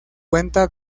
cuenta